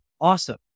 awesome